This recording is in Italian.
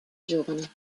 giovane